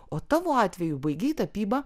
o tavo atveju baigei tapybą